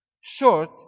short